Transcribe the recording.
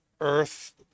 earth